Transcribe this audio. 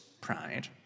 Pride